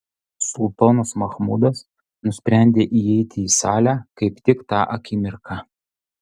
sultonas machmudas nusprendė įeiti į salę kaip tik tą akimirką